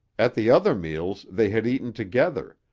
at the other meals they had eaten together,